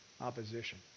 opposition